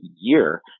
year